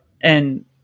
And-